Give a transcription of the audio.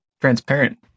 transparent